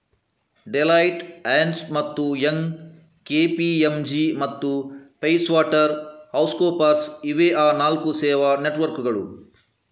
Deloitte, Ernst ಮತ್ತು Young, KPMG ಮತ್ತು PricewaterhouseCoopers ಇವೇ ಆ ನಾಲ್ಕು ಸೇವಾ ನೆಟ್ವರ್ಕ್ಕುಗಳು